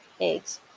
Eggs